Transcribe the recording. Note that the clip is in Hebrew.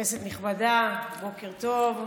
כנסת נכבדה, בוקר טוב.